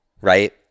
right